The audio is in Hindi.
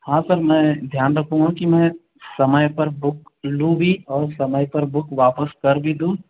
हां सर मैं ध्यान रखूंगा कि मैं समय पर बुक लूं भी और समय पर बुक वापस कर भी दूं